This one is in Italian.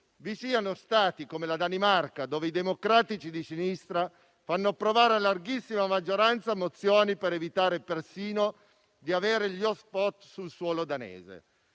vi siano Paesi, come la Danimarca, dove i democratici di sinistra fanno approvare a larghissima maggioranza mozioni per evitare persino di avere gli *hotspot* sul suolo danese.